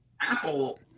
Apple